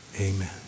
Amen